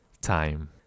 time